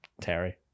terry